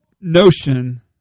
notion